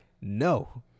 no